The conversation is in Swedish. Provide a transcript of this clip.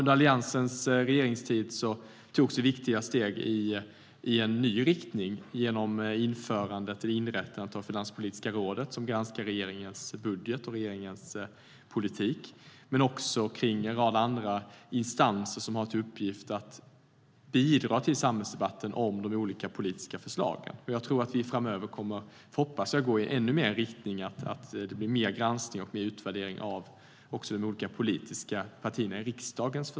Under Alliansens regeringstid togs det viktiga steg i en ny riktning genom inrättandet av Finanspolitiska rådet, som granskar regeringens budget och regeringens politik. Det finns också en rad andra instanser som har till uppgift att bidra till samhällsdebatten om de olika politiska förslagen. Jag hoppas att det framöver kommer att bli ännu mer granskning och utvärdering av förslagen från de olika partierna i riksdagen.